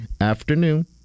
afternoon